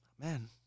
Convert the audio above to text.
man